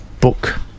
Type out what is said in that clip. book